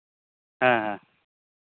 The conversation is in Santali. ᱦᱮᱸ ᱦᱮᱸ